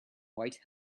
white